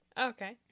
okay